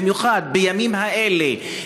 במיוחד בימים האלה,